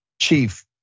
Chief